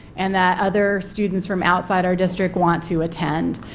and that other students from outside our district want to attend.